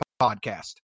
podcast